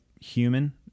human